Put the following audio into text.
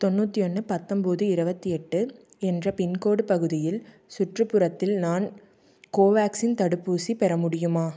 தொண்ணூற்றி ஒன்று பத்தொன்போது இருபத்தி எட்டு என்ற பின்கோடு பகுதியில் சுற்றுப்புறத்தில் நான் கோவேக்சின் தடுப்பூசி பெற முடியுமா